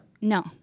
No